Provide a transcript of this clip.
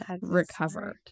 recover